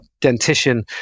dentition